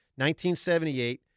1978